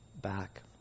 back